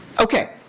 Okay